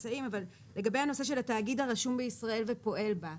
לגבי הנושא של התאגיד הרשום בישראל ופועל בה.